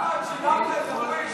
מה, את שילמת לדרוויש, אני,